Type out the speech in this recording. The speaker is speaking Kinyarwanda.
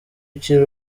ukiri